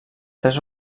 tres